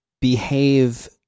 behave